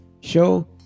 show